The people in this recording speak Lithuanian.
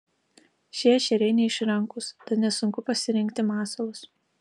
šie ešeriai neišrankūs tad nesunku pasirinkti masalus